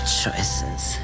choices